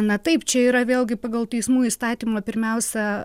na taip čia yra vėlgi pagal teismų įstatymą pirmiausia